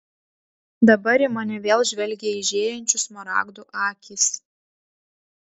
dabar į mane vėl žvelgė aižėjančių smaragdų akys